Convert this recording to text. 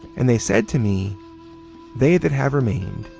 and they said to me they that have remained,